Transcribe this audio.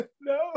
No